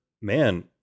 man